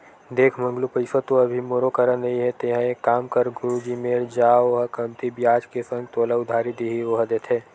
देख मंगलू पइसा तो अभी मोरो करा नइ हे तेंहा एक काम कर गुरुजी मेर जा ओहा कमती बियाज के संग तोला उधारी दिही ओहा देथे